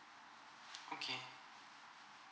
okay